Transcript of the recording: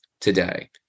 today